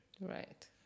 Right